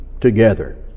together